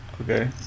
okay